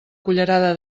cullerada